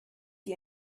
die